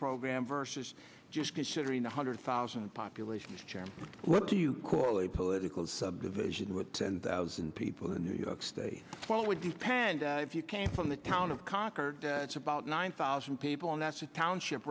program versus just considering one hundred thousand population what do you call a political subdivision with ten thousand people in new york state well it would depend if you came from the town of concord it's about nine thousand people and that's a township